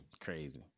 Crazy